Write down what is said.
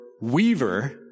weaver